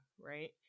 right